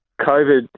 COVID